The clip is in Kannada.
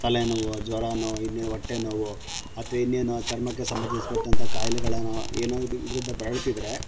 ತಲೆನೋವು ಜ್ವರನೋ ಇನ್ನೇನು ಹೊಟ್ಟೆನೋವು ಅಥ್ವಾ ಇನ್ನೇನು ಚರ್ಮಕ್ಕೆ ಸಂಬಂಧಿಸ್ಪಟ್ಟಂಥ ಕಾಯಿಲೆಗಳೇನೋ ಏನಾದರೂ ಇದರಿಂದ ಬಳಲ್ತಿದ್ದರೆ